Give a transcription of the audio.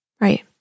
Right